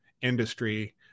industry